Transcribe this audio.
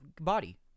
body